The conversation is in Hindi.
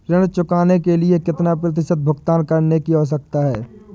ऋण चुकाने के लिए कितना प्रतिशत भुगतान करने की आवश्यकता है?